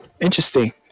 interesting